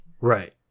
Right